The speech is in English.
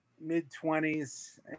mid-twenties